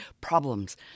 problems